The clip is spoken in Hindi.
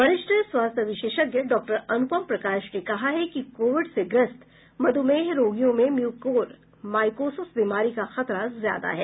वरिष्ठ स्वास्थ्य विशेषज्ञ डॉक्टर अनुपम प्रकाश ने कहा है कि कोविड से ग्रस्त मध्मेह रोगियों में म्यूकोर माइकोसिस बीमारी का खतरा ज्यादा है